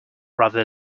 rather